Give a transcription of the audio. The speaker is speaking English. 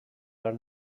are